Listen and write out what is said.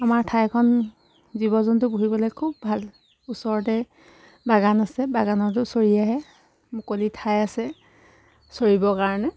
আমাৰ ঠাইখন জীৱ জন্তু পুহিবলৈ খুব ভাল ওচৰতে বাগান আছে বাগানতো চৰি আহে মুকলি ঠাই আছে চৰিবৰ কাৰণে